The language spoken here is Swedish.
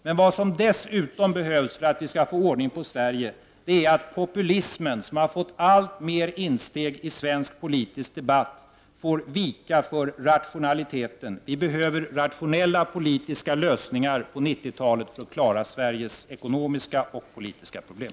Men vad som dessutom behövs för att vi skall få ordning på Sverige är att populismen, som har gjort allt större insteg i svensk politisk debatt, får vika för rationaliteten. Vi behöver rationella politiska lösningar på 90-talet för att klara Sveriges ekonomiska och politiska problem.